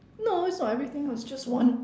no it's not everything it was just one